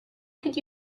could